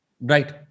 Right